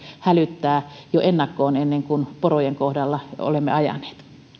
hälyttää jo ennakkoon ennen kuin porojen kohdalle olemme ajaneet